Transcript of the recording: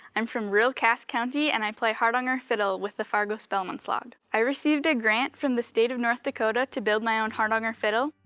i'm from real cass county. and i play hardanger fiddle with the fargo spelemannslag. i received a grant from the state of north dakota to build my own hardanger fiddle.